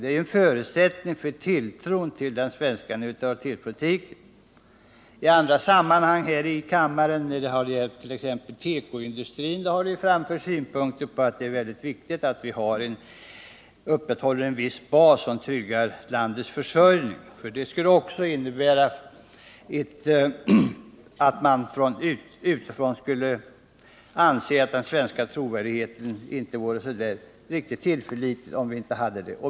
Det är ju en förutsättning för tilltron till den svenska neutralitetspolitiken. I andra sammanhang, när det gällt t.ex. tekoindustrin, har det ju här i kammaren anförts att det är mycket viktigt att vi upprätthåller en viss bas av tillverkning som tryggar landets försörjning. Om vi inte hade det, skulle man utifrån anse att den svenska trovärdigheten inte vore så stor.